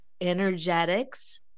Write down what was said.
energetics